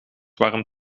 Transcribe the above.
warm